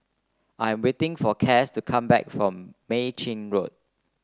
I'm waiting for Cas to come back from Mei Chin Road